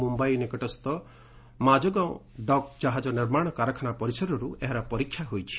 ମୁମ୍ଭାଇ ନିକଟସ୍ଥ ମାଜଗାଁଓ ଡକ୍ ଜାହାଜ ନିର୍ମାଣ କାରଖାନା ପରିସରରୁ ଏହାର ପରୀକ୍ଷା ହୋଇଛି